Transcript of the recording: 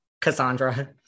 Cassandra